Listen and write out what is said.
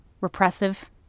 repressive